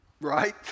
right